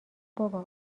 بابا